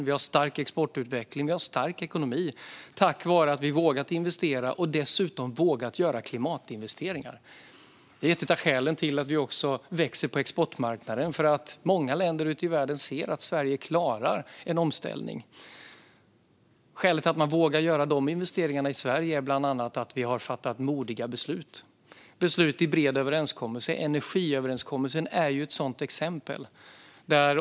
Vi har stark exportutveckling och stark ekonomi, tack vare att vi vågat investera och dessutom vågat göra klimatinvesteringar. Det är ett av skälen till att vi växer på exportmarknaden. Många länder ute i världen ser att Sverige klarar en omställning. Skälet till att man vågar göra investeringar i Sverige är bland annat att vi har fattat modiga beslut i bred överenskommelse. Energiöverenskommelsen är ett sådant exempel.